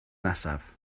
nesaf